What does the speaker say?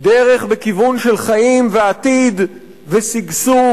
דרך בכיוון של חיים ועתיד ושגשוג,